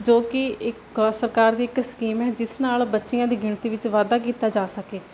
ਜੋ ਕਿ ਇੱਕ ਸਰਕਾਰ ਦੀ ਇੱਕ ਸਕੀਮ ਹੈ ਜਿਸ ਨਾਲ ਬੱਚੀਆਂ ਦੀ ਗਿਣਤੀ ਵਿੱਚ ਵਾਧਾ ਕੀਤਾ ਜਾ ਸਕੇ